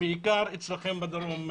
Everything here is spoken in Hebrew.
בעיקר אצלכם בדרום,